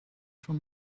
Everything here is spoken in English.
for